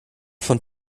von